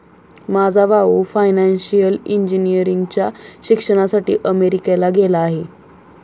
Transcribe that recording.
माझा भाऊ फायनान्शियल इंजिनिअरिंगच्या शिक्षणासाठी अमेरिकेला गेला आहे